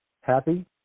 Happy